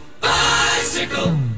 Bicycle